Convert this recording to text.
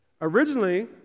Originally